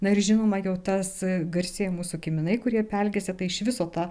na ir žinoma jau tas garsieji mūsų kiminai kurie pelkėse tai iš viso ta